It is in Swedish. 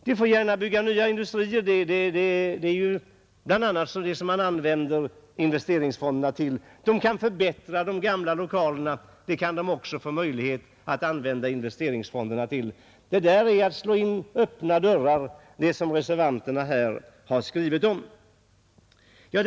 De får gärna bygga nya industrier, det är bl.a. det investeringsfonderna användes till. De kan förbättra de gamla lokalerna, även till detta har de möjlighet att använda investeringsfonderna. Det som reservanterna har skrivit om är att slå in öppna dörrar.